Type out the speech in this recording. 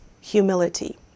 humility